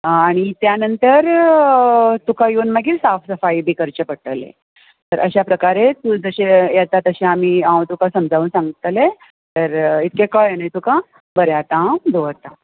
आनी त्या नंतर तुका येवन मागीर साफ सफाइ बी करची पडटली तर अशे प्रकारे तूं जशें येता तशें आमी हांव तुका समजावन सांगतलें तर इतलें कळ्ळें न्हय तुका बरें आतां हांव दवरतां